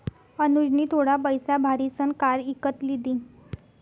अनुजनी थोडा पैसा भारीसन कार इकत लिदी